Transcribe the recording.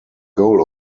goal